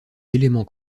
éléments